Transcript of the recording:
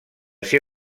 ser